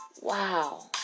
Wow